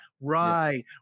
Right